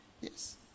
Yes